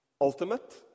ultimate